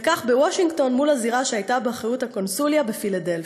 וכך בוושינגטון מול הזירה שהייתה באחריות הקונסוליה בפילדלפיה.